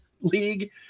league